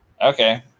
Okay